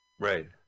Right